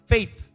Faith